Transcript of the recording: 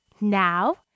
Now